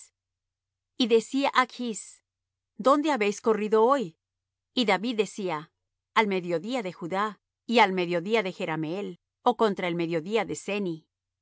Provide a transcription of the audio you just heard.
y decía achs dónde habéis corrido hoy y david decía al mediodía de judá y al mediodía de jerameel ó contra el mediodía de ceni